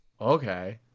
okay